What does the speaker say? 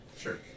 sure